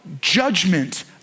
judgment